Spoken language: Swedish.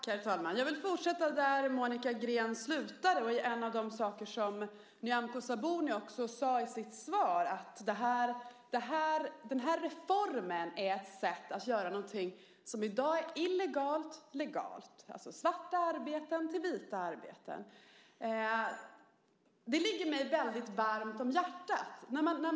Herr talman! Jag vill fortsätta där Monica Green slutade med en av de saker som Nyamko Sabuni också sade i sitt svar, att den här reformen är ett sätt att göra något som i dag är illegalt till legalt, alltså svarta arbeten till vita arbeten. Det ligger mig väldigt varmt om hjärtat.